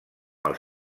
els